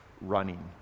running